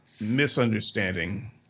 misunderstanding